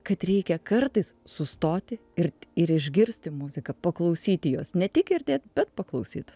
kad reikia kartais sustoti ir ir išgirsti muziką paklausyti jos ne tik girdėt bet paklausyt